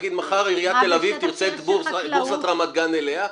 נגיד מחר עיריית תל אביב תרצה את בורסת רמת גן אליה,